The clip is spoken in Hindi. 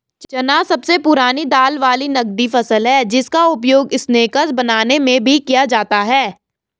चना सबसे पुरानी दाल वाली नगदी फसल है जिसका उपयोग स्नैक्स बनाने में भी किया जाता है